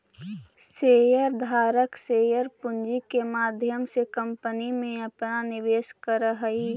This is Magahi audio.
शेयर धारक शेयर पूंजी के माध्यम से कंपनी में अपना निवेश करऽ हई